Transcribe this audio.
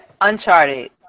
Uncharted